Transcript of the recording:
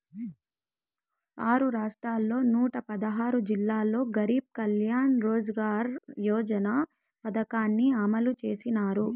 ఆరు రాష్ట్రాల్లోని నూట పదహారు జిల్లాల్లో గరీబ్ కళ్యాణ్ రోజ్గార్ యోజన పథకాన్ని అమలు చేసినారు